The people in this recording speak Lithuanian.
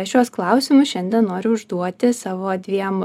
šiuos klausimus šiandien noriu užduoti savo dviem